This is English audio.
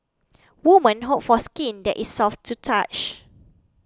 woman hope for skin that is soft to touch